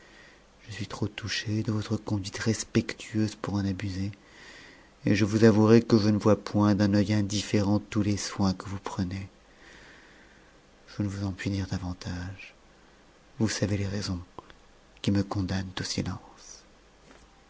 je suis trop touchée de votre conduite respectueuse pour en abuser et je vous avouerai que je ne vois point d'un ceit indifférent tous les soins que vous prenez je ne vous en puis dire davantage vous savez les raisons qui me condamnent au silence